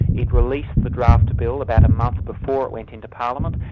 it released the draft bill about a month before it went into parliament,